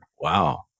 wow